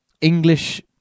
English